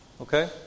Okay